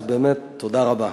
אז באמת, תודה רבה.